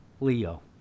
Leo